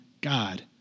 God